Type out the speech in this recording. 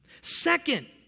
Second